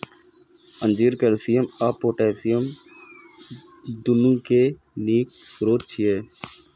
अंजीर कैल्शियम आ पोटेशियम, दुनू के नीक स्रोत छियै